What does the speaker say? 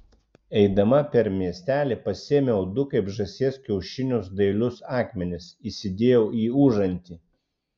eidama per miestelį pasiėmiau du kaip žąsies kiaušinius dailius akmenis įsidėjau į užantį